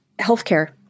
Healthcare